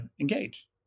engage